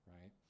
right